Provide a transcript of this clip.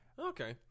Okay